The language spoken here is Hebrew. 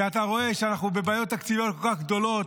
שאתה רואה שאנחנו בבעיות תקציביות כל כך גדולות,